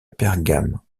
bergame